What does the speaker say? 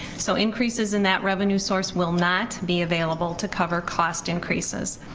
so increases in that revenue source will not be available to cover cost increases.